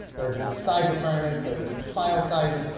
there are different size requirements, there are different file sizes,